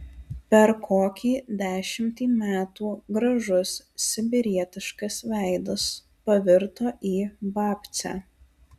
per kokį dešimtį metų gražus sibirietiškas veidas pavirto į babcę